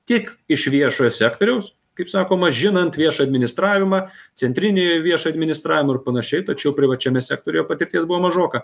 tik iš viešojo sektoriaus kaip sakoma žinant viešą administravimą centrinį viešą administravimą ir panašiai tačiau privačiame sektoriuje patirties buvo mažoka